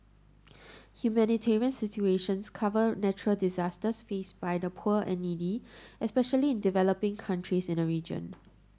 humanitarian situations cover natural disasters faced by the poor and needy especially in developing countries in the region